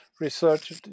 research